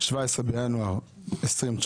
17 בינואר 2019